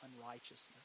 unrighteousness